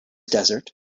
desert